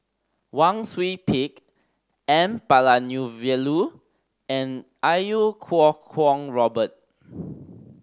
Wang Sui Pick N Palanivelu and Iau Kuo Kwong Robert